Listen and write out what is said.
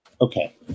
Okay